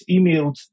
emailed